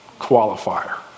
qualifier